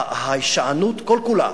ההישענות כל כולה